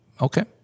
Okay